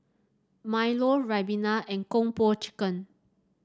milo ribena and Kung Po Chicken